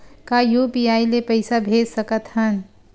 का यू.पी.आई ले पईसा भेज सकत हन?